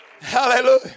Hallelujah